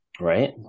Right